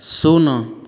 ଶୂନ